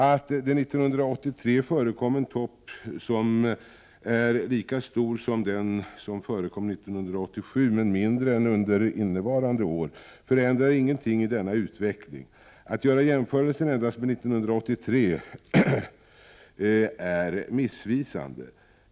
Att det 1983 förekom en topp som är lika stor som den som förekom 1987 men mindre än under innevarande år förändrar ingenting i denna utveckling. Att göra jämförelsen endast med 1983 är missvisande.